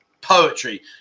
poetry